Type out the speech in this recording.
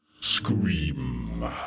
Scream